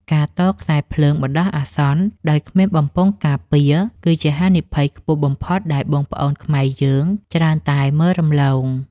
ការតខ្សែភ្លើងបណ្តោះអាសន្នដោយគ្មានបំពង់ការពារ គឺជាហានិភ័យខ្ពស់បំផុតដែលបងប្អូនខ្មែរយើងច្រើនតែមើលរំលង។